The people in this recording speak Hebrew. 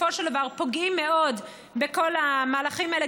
ובסופו של דבר פוגעים מאוד בכל המהלכים האלה,